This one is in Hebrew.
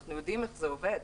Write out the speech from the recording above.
אנחנו יודעים איך זה עובד.